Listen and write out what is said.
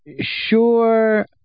sure